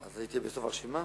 אז הייתי בסוף הרשימה?